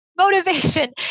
motivation